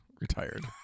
retired